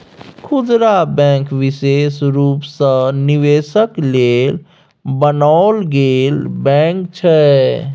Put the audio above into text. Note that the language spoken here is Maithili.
खुदरा बैंक विशेष रूप सँ निवेशक लेल बनाओल गेल बैंक छै